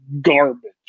garbage